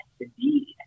indeed